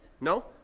No